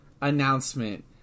announcement